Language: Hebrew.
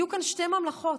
יהיו כאן שתי ממלכות,